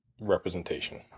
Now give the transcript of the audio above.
Representation